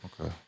Okay